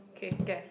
okay guess